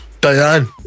Diane